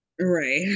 Right